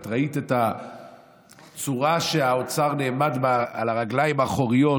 ואת ראית את הצורה שבה האוצר נעמד על הרגליים האחוריות